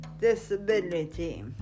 disability